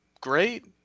Great